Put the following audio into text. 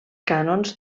cànons